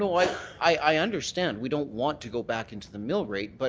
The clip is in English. like i understand. we don't want to go back into the mill rate. but